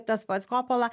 tas pats kopala